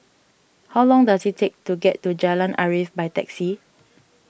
how long does it take to get to Jalan Arif by taxi